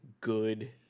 good